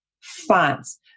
fonts